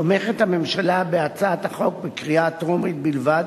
תומכת הממשלה בהצעת החוק בקריאה טרומית בלבד,